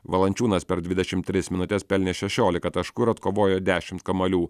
valančiūnas per dvidešimt tris minutes pelnė šešiolika taškų ir atkovojo dešimt kamuolių